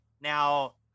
Now